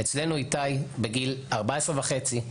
איתי היה בגיל 14.5,